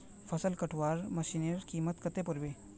फसल कटवार मशीनेर कीमत कत्ते पोर बे